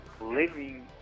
living